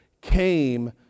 came